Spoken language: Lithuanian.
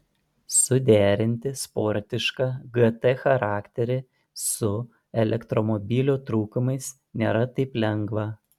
suderinti sportišką gt charakterį su elektromobilio trūkumais nėra taip lengva